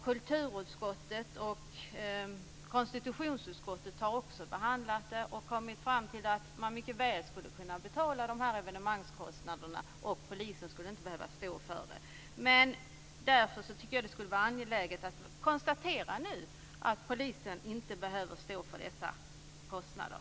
Kulturutskottet och konstitutionsutskottet har också behandlat detta och kommit fram till att man mycket väl skulle kunna låta andra betala evenemangskostnaderna, att polisen inte skulle behöva står för dem. Därför tycker jag att det vore angeläget att nu konstatera att polisen inte behöver stå för dessa kostnader.